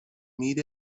مید